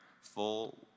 full